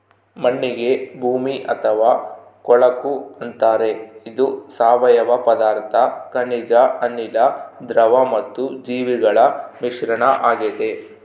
ಮಣ್ಣಿಗೆ ಭೂಮಿ ಅಥವಾ ಕೊಳಕು ಅಂತಾರೆ ಇದು ಸಾವಯವ ಪದಾರ್ಥ ಖನಿಜ ಅನಿಲ, ದ್ರವ ಮತ್ತು ಜೀವಿಗಳ ಮಿಶ್ರಣ ಆಗೆತೆ